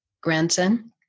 grandson